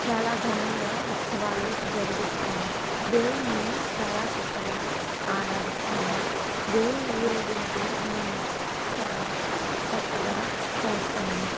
చాలా ఘనంగా ఉత్సవాలు జరిగిస్తాము దేవుణ్ణి చాలా చక్కగా అరాదిస్తాము దేవుని ఉరేగింపు మేము చాలా చక్కగా చేస్తాం